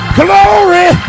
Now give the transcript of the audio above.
glory